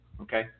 Okay